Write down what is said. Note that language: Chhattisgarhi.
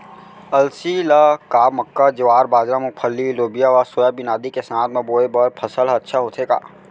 अलसी ल का मक्का, ज्वार, बाजरा, मूंगफली, लोबिया व सोयाबीन आदि के साथ म बोये बर सफल ह अच्छा होथे का?